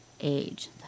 age